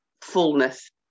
fullness